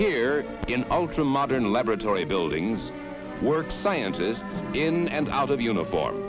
here in ultra modern laboratory buildings work scientists in and out of uniform